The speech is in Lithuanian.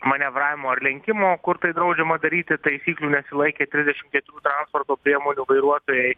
manevravimo ar lenkimo kur tai draudžiama daryti taisyklių nesilaikė trisdešim keturių transporto priemonių vairuotojai